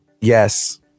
Yes